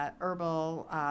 herbal